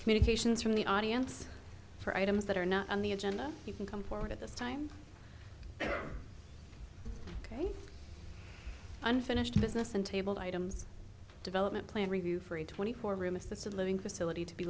communications from the audience for items that are not on the agenda you can come forward at this time unfinished business and table items development plan review for a twenty four room assisted living facility to be